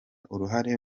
uruhare